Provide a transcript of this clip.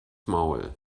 maul